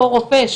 פה רופא,